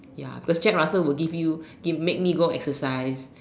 ya because Jack-Russell will give you give make me go exercise